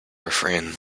refrain